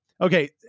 Okay